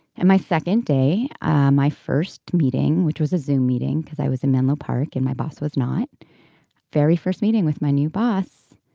and my second day ah my first meeting which was a zoo meeting because i was in menlo park and my boss was not very first meeting with my new boss.